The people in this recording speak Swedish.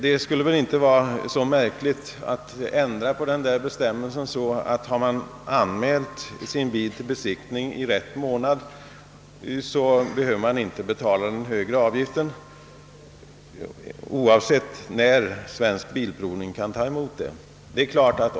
Det skulle väl inte vara så märkligt att ändra på denna bestämmelse så att man, om man har anmält sin bil till besiktning i rätt månad, inte skall behöva betala den högre avgiften, oavsett när Svensk bilprovning kan ta emot fordonet.